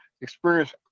experience